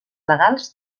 legals